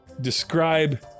describe